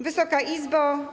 Wysoka Izbo!